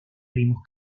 primos